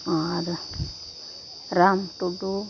ᱟᱨ Ram ᱴᱩᱰᱩ